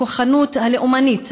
הכוחנות הלאומנית,